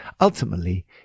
Ultimately